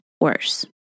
worse